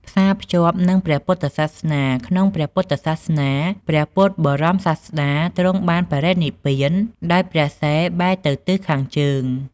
ផ្សារភ្ជាប់នឹងព្រះពុទ្ធសាសនា ក្នុងព្រះពុទ្ធសាសនា ព្រះពុទ្ធបរមសាស្តាទ្រង់បានបរិនិព្វានដោយព្រះសិរ្សបែរទៅទិសខាងជើង។